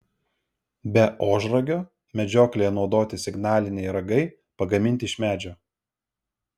be ožragio medžioklėje naudoti signaliniai ragai pagaminti iš medžio